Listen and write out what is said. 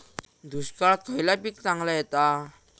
दुष्काळात खयला पीक चांगला येता?